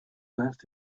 must